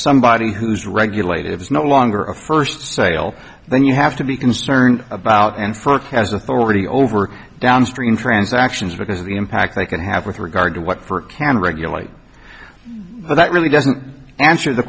somebody who's regulated it's no longer a first sale then you have to be concerned about and fork has authority over downstream transactions because of the impact they can have with regard to what for can regulate but that really doesn't answer the